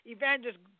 Evangelist